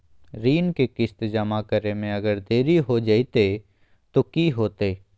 ऋण के किस्त जमा करे में अगर देरी हो जैतै तो कि होतैय?